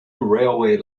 railway